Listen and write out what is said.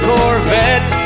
Corvette